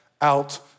out